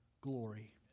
glory